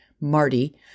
Marty